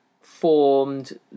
formed